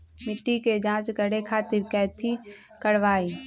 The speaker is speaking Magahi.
मिट्टी के जाँच करे खातिर कैथी करवाई?